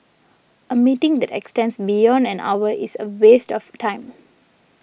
a meeting that extends beyond an hour is a waste of time